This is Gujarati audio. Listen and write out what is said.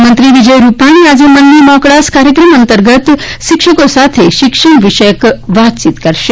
મુખ્યમંત્રી વિજય રૂપાણી આજે મન ની મોકળાશ કાર્યક્રમ અંતર્ગત શિક્ષકો સાથે શિક્ષણ વિષયક વાતચીત કરશે